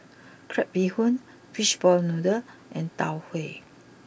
Crab Bee Hoon Fishball Noodle and Tau Huay